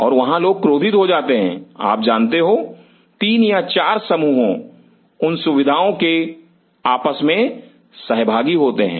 और वहां लोग क्रोधित हो जाएंगे आप जानते हो तीन या चार समूहों उन सुविधाओं के आपस में सहभागी होते हैं